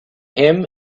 him